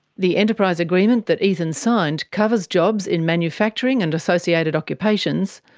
the enterprise agreement that ethan signed covers jobs in manufacturing and associated occupations,